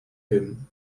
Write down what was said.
him